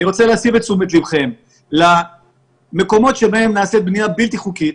אני רוצה להסב את תשומת לבכם למקומות שבהם נעשית בנייה בלתי חוקית